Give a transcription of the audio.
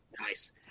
Nice